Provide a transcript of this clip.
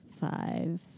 Five